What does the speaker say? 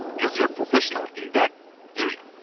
because you're a professional in that area,